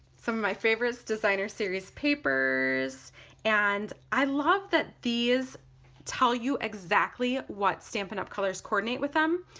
some of my favorites, designer series papers and i love that these tell you exactly what stampin' up! colors coordinate with them.